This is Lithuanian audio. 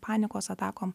panikos atakom